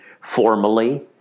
Formally